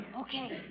Okay